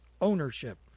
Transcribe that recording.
ownership